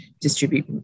distribute